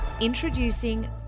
Introducing